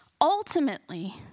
Ultimately